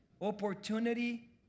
Opportunity